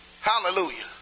Hallelujah